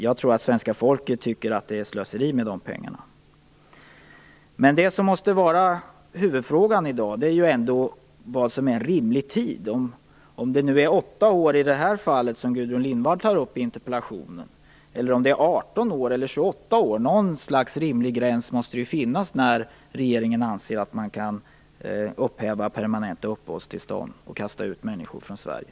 Jag tror att svenska folket tycker att det är slöseri med pengarna. Men huvudfrågan i dag måste ändå vara vad som är rimlig tid. Är det 8 år, som i det fall som Gudrun Lindvall tar upp i interpellationen? Är det kanske 18 år eller 28 år? Något slags rimlig gräns måste det finnas om regeringen anser att man kan upphäva permanenta uppehållstillstånd och kasta ut människor från Sverige.